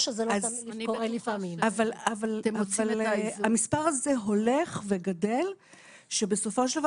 אבל המספר הזה הולך וגדל שבסופו של דבר